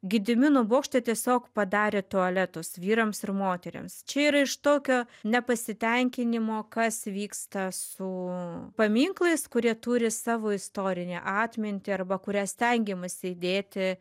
gedimino bokšte tiesiog padarė tualetus vyrams ir moterims čia yra iš tokio nepasitenkinimo kas vyksta su paminklais kurie turi savo istorinę atmintį arba kurią stengiamasi įdėti